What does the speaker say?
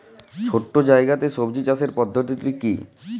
ছোট্ট জায়গাতে সবজি চাষের পদ্ধতিটি কী?